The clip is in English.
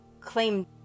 claim